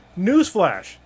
Newsflash